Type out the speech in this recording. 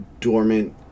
dormant